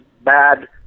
bad